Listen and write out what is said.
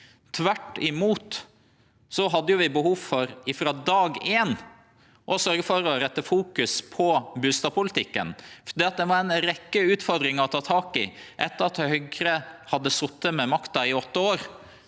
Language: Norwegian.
Tvert imot hadde vi frå dag éin behov for å sørgje for å rette fokus mot bustadpolitikken. Det var ei rekke utfordringar å ta tak i etter at Høgre hadde sete med makta i åtte år